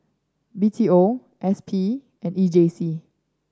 B T O S P and E J C